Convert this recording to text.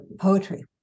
poetry